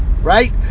right